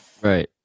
right